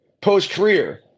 post-career